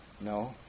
No